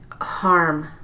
harm